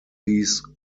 these